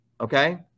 okay